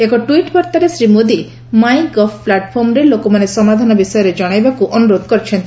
ଏକ ଟ୍ୱିଟ୍ ବାର୍ତ୍ତାରେ Shri Modi MyGov ପ୍ଲାଟଫର୍ମରେ ଲୋକମାନେ ସମାଧାନ ବିଷୟରେ ଜଣାଇବାକୁ ଅନୁରୋଧ କରିଛନ୍ତି